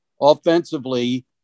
offensively